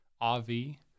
Avi